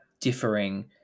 differing